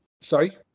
Sorry